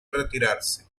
retirarse